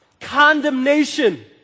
Condemnation